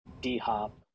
D-Hop